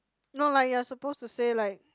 no lah you are supposed to say like